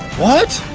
what?